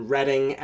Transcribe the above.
Reading